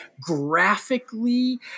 graphically